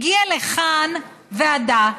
הגיעה לכאן ועדה